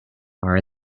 are